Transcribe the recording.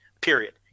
Period